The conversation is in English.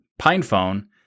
PinePhone